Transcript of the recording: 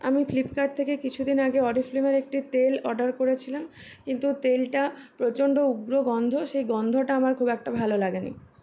আমি ফ্লিপকার্ট থেকে কিছুদিন আগে অরিফ্লেমের একটি তেল অর্ডার করেছিলাম কিন্তু তেলটা প্রচণ্ড উগ্র গন্ধ সেই গন্ধটা আমার খুব একটা ভালো লাগে নি